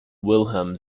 wilhelm